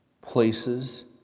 places